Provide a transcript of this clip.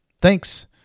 thanks